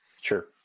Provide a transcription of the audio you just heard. Sure